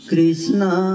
Krishna